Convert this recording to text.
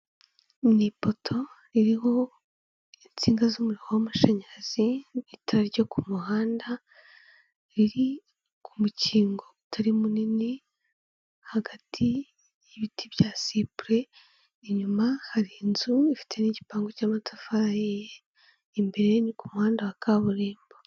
Ni ipoto iriho insinga z'umuriro w'amashanyarazi, n'itara ryo ku muhanda, riri ku mukingo utari munini, hagati y'ibiti bya cyprès, inyuma hari inzu ifite n'igipangu cy'amatafari ahiye, imbere ni ku muhanda wa kaburimbo.